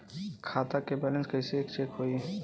खता के बैलेंस कइसे चेक होई?